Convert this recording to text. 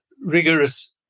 rigorous